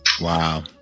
wow